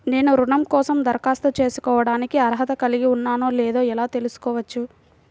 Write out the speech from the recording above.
నేను రుణం కోసం దరఖాస్తు చేసుకోవడానికి అర్హత కలిగి ఉన్నానో లేదో ఎలా తెలుసుకోవచ్చు?